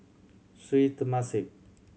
Sri Temasek